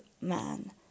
man